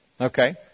Okay